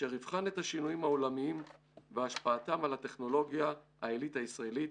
אשר יבחן את השינויים העולמיים והשפעתם על הטכנולוגיה העילית הישראלית,